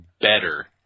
better